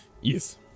Yes